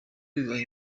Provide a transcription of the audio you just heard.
bibaha